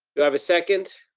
do i have a second?